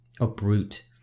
uproot